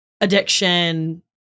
addiction